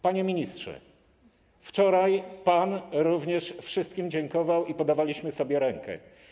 Panie ministrze, wczoraj również pan wszystkim dziękował i podawaliśmy sobie rękę.